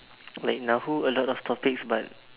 like Nahu a lot of topics but